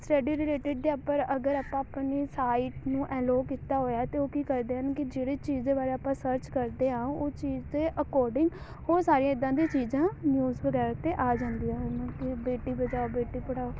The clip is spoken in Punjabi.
ਸਟੱਡੀ ਰਿਲੇਟਿਡ ਜੇ ਅਗਰ ਆਪਾਂ ਆਪਣੀ ਸਾਈਟ ਨੂੰ ਐਲੋਅ ਕੀਤਾ ਹੋਇਆ ਤਾਂ ਉਹ ਕੀ ਕਰਦੇ ਹਨ ਕਿ ਜਿਹੜੇ ਚੀਜ਼ ਦੇ ਬਾਰੇ ਆਪਾਂ ਸਰਚ ਕਰਦੇ ਹਾਂ ਉਹ ਚੀਜ਼ ਦੇ ਅਕੋਰਡਿੰਗ ਉਹ ਸਾਰੀਆਂ ਇੱਦਾਂ ਦੀਆਂ ਚੀਜ਼ਾਂ ਨਿਊਜ਼ ਵਗੈਰਾ 'ਤੇ ਆ ਜਾਂਦੀਆਂ ਹਨ ਕਿ ਬੇਟੀ ਬਚਾਓ ਬੇਟੀ ਪੜ੍ਹਾਓ